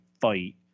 fight